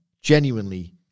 genuinely